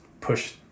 push